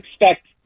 expect